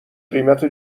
قیمت